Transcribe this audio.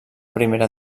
primera